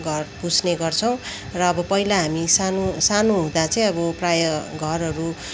घर पुस्ने गर्छौँ र अब पहिला हामी सानो सानो हुँदा चाहिँ अब प्राय घरहरू